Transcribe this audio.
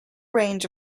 range